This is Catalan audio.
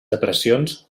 depressions